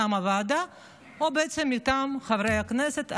מטעם הוועדה או מטעם חברי הכנסת,